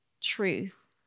truth